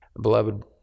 beloved